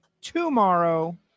tomorrow